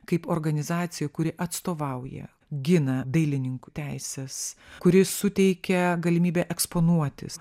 kaip organizacija kuri atstovauja gina dailininkų teises kuri suteikia galimybę eksponuotis